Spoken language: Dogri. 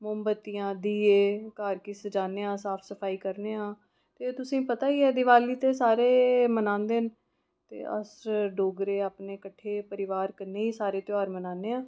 मोमबत्तियां दिए घर गी सजान्नेआं अस साफ सफाई करन्नेआं एह् तुसेंगी पता गै ऐ दिवाली सारे मनांदे न ते अस डोगरे आं कट्ठे परिवार कन्ने गै सारे त्यौहार मनाने आं